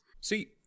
See